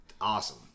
awesome